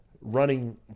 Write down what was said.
running